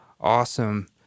awesome